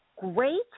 great